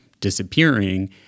disappearing